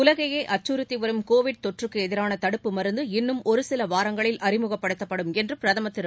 உலகையேஅச்சுறத்திவரும் covid தொற்றக்குஎதிரானதடுப்பு மருந்து இன்னும் ஒருசிலவாரங்களில் அறிமுகப்படுத்தப்படும் என்றுபிரதமர் திரு